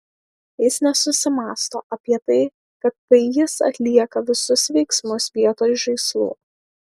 jis nesusimąsto apie tai kad tai jis atlieka visus veiksmus vietoj žaislų